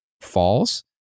false